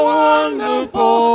wonderful